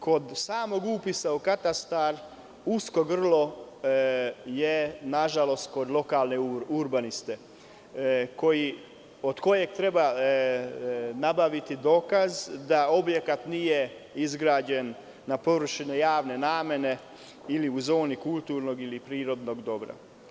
Kod samog upisa u katastar usko grlo je kod lokalne urbaniste, od kojeg treba nabaviti dokaz da objekat nije izgrađen na površini javne namene ili uz kulturnog ili prirodnog dobra.